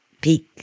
peak